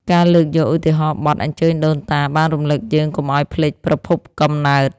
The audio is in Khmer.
ការលើកយកឧទាហរណ៍បទ អញ្ជើញដូនតា បានរំលឹកយើងកុំឱ្យភ្លេចប្រភពកំណើត។